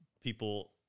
people